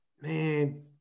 man